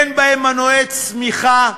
אין מנועי צמיחה,